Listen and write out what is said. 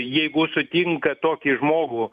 jeigu sutinkat tokį žmogų